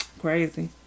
crazy